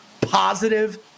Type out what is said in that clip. positive